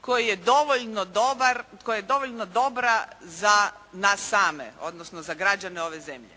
koja je dovoljno dobra za nas same odnosno za građane ove zemlje.